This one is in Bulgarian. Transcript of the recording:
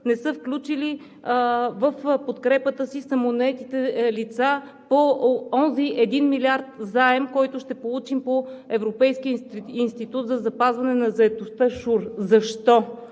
не са включили в подкрепата си самонаетите лица по онзи 1 милиард заем, който ще получим по Европейския институт за запазване на заетостта. Защо,